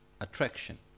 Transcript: attraction